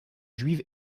juive